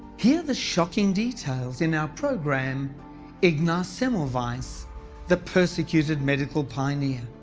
hear the shocking details in our programme ignaz semmelweis so the persecuted medical pioneer.